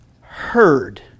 heard